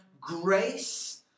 grace